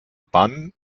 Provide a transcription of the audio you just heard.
ban